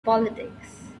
politics